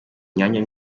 myanya